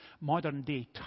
modern-day